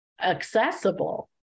accessible